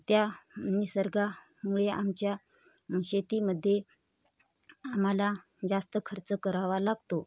त्या निसर्गामुळे आमच्या शेतीमध्ये आम्हाला जास्त खर्च करावा लागतो